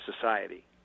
society